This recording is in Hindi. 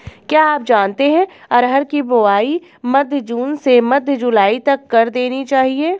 क्या आप जानते है अरहर की बोआई मध्य जून से मध्य जुलाई तक कर देनी चाहिये?